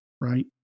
right